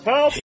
Help